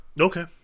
Okay